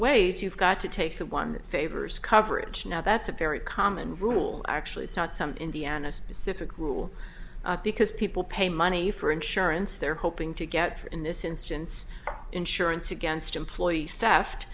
ways you've got to take the one that favors coverage now that's a very common rule actually it's not some indiana specific rule because people pay money for insurance they're hoping to get for in this instance insurance against employees theft